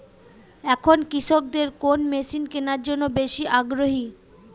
এখন কৃষকদের কোন মেশিন কেনার জন্য বেশি আগ্রহী?